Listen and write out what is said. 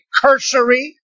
cursory